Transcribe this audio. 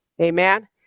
Amen